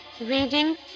reading